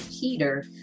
Peter